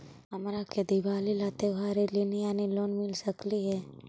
हमरा के दिवाली ला त्योहारी ऋण यानी लोन मिल सकली हे?